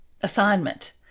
assignment